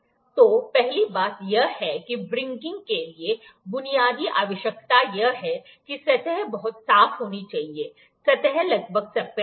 तो पहली बात यह है कि व्रिंगगिंग के लिए बुनियादी आवश्यकता यह है कि सतह बहुत साफ होनी चाहिए सतह लगभग सपाट हो